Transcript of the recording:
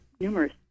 numerous